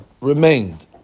remained